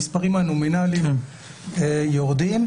המספרים הנומינליים יורדים.